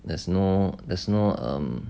there's no there's no um